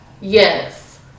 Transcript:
Yes